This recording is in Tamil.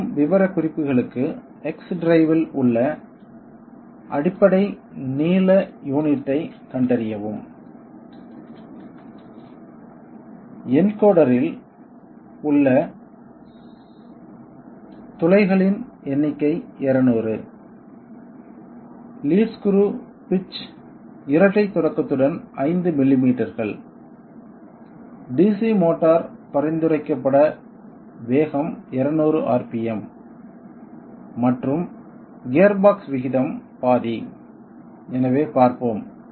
பின்வரும் விவரக்குறிப்புகளுக்கு X டிரைவில் உள்ள அடிப்படை நீள யூனிட்டைக் கண்டறியவும் என்கோடரில் உள்ள துளைகளின் எண்ணிக்கை 200 லீட் ஸ்க்ரூ பிட்ச் இரட்டை தொடக்கத்துடன் 5 மில்லிமீட்டர்கள் DC மோட்டார் பரிந்துரைக்கப்பட்ட வேகம் 200 rpm மற்றும் கியர்பாக்ஸ் விகிதம் பாதி எனவே பார்ப்போம்